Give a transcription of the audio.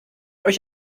euch